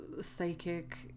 psychic